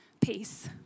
Peace